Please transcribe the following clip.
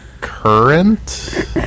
Current